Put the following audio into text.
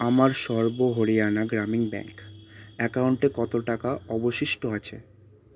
আমার সর্ব হরিয়ানা গ্রামীণ ব্যাঙ্ক অ্যাকাউন্টে কত টাকা অবশিষ্ট আছে